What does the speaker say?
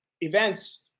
events